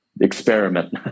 Experiment